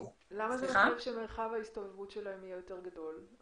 למה זה מניח שמרחב ההסתובבות שלהם יהיה יותר גדול?